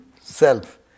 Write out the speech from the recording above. self